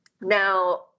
Now